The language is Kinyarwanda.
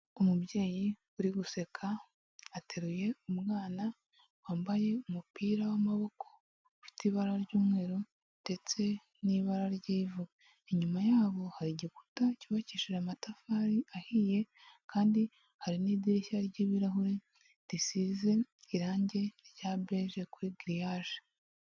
Umubyeyi uri guseka, ateruye umwana wambaye umupira w'amaboko ufite ibara ry'umweru ndetse n'ibara ry'ivu, inyuma yabo hari igikuta cyubakishije amatafari ahiye kandi hari n'idirishya ry'ibirahure risize irange rya beje kuri giriyaje.